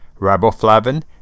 riboflavin